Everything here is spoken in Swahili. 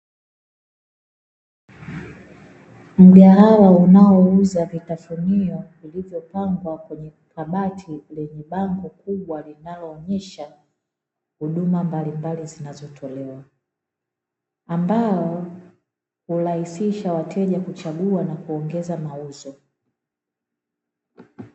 Mgahawa unaouza vitafunio vilivyopangwa kwenye kabati lenye bango kubwa linaloonyesha huduma mbalimbali zinazotolewa. Ambao hurahisisha wateja kuchagua na kuongeza mauzo.